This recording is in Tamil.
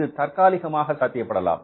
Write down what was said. இது தற்காலிகமாக சாத்தியப்படலாம்